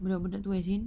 budak-budak tu as in